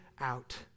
out